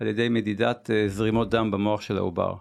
על ידי מדידת זרימות דם במוח של העובר